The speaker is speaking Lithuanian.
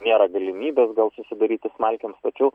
nėra galimybės gal susidaryti smalkėms tačiau